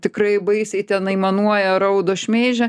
tikrai baisiai ten aimanuoja raudo šmeižia